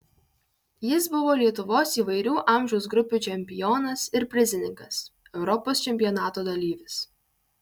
jis buvo lietuvos įvairių amžiaus grupių čempionas ir prizininkas europos čempionato dalyvis